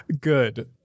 Good